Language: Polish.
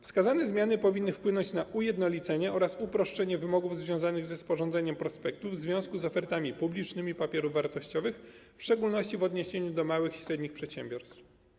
Wskazane zmiany powinny wpłynąć na ujednolicenie oraz uproszczenie wymogów związanych ze sporządzeniem prospektów w związku z ofertami publicznymi papierów wartościowych, w szczególności w odniesieniu do małych i średnich przedsiębiorstw.